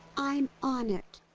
i'm on it!